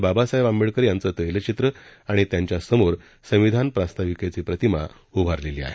बाबासाहेब आंबेडकर यांचे तैलचित्र आणि त्याच्या समोर संविधान प्रास्ताविकेची प्रतिमा उभारण्यात आली आहे